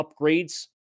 upgrades